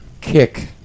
kick